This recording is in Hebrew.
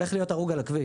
הולך להיות הרוג על הכביש.